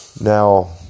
Now